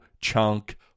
Chunk